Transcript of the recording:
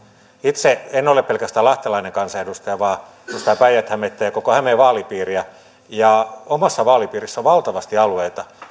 itse en ole pelkästään lahtelainen kansanedustaja vaan edustan päijät hämettä ja koko hämeen vaalipiiriä omassa vaalipiirissäni on valtavasti alueita